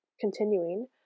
continuing